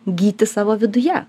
gyti savo viduje